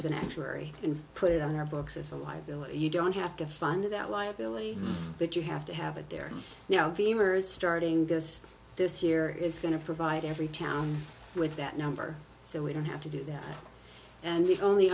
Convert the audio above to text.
an actuary and put it on our books as a liability you don't have to fund that liability but you have to have it there now beemer's starting this this year is going to provide every town with that number so we don't have to do that and the only